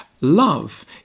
love